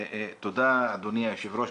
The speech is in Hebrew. תודה, אדוני היושב ראש.